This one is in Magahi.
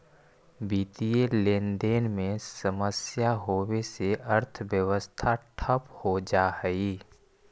वित्तीय लेनदेन में समस्या होवे से अर्थव्यवस्था ठप हो जा हई